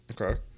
Okay